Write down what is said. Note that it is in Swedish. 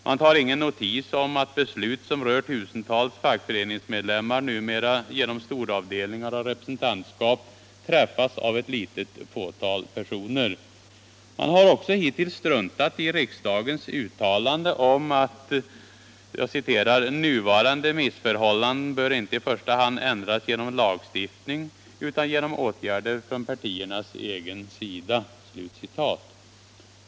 Man tar ingen notis om att beslut som rör tusentals fackföreningsmedlemmar numera genom storavdelningar och representantskap träffas av ett litet fåtal personer. Man har också hittills struntat i riksdagens uttalande om att ”nuvarande missförhållanden bör inte i första hand ändras genom lagstiftning utan genom åtgärder från partiernas egen sida”.